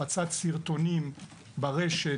הפצת סרטונים ברשת.